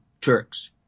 Turks